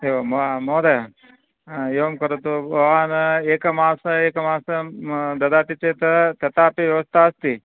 एवं महोदय एवं करोतु भवान् एकमासम् एकमासं ददाति चेत् तथापि व्यवस्था अस्ति